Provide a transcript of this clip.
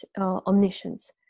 omniscience